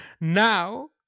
Now